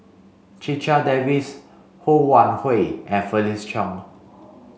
Checha Davies Ho Wan Hui and Felix Cheong